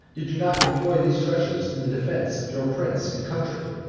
did you not employ these treasures in the defence of your prince and country?